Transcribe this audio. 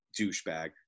Douchebag